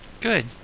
Good